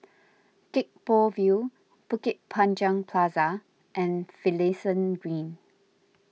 Gek Poh Ville Bukit Panjang Plaza and Finlayson Green